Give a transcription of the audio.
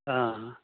ਹਾਂ